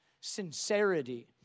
sincerity